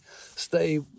stay